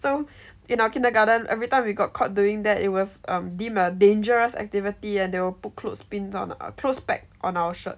so in our kindergarten every time we got caught doing that it was um deemed a dangerous activity and they will put clothes pin clothes peg on our shirt